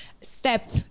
step